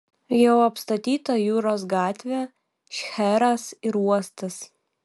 jau apstatyta jūros gatvė šcheras ir uostas